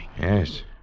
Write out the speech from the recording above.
Yes